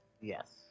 Yes